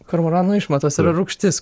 kormoranų išmatos yra rūgštis